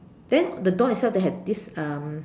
then the door itself they have this um